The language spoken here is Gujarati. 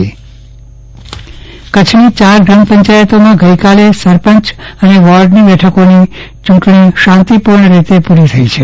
ચંદ્રવદન પદ્ટણી ગ્રામપંચાયતની યુંટણી કચ્છની ચાર ગ્રામ પંચાયતોમાં ગઈકાલે સરપંચ અને વોર્ડની બેઠકોની ચુંટણી શાંતિપુર્ણ રીતે પુરી થઈ હતી